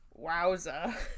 Wowza